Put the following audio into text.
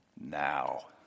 now